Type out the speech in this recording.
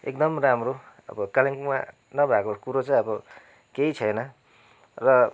एकदम राम्रो अब कालिम्पोङमा नभएको कुरो चाहिँ अब केही छैन र